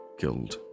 killed